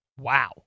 Wow